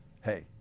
hey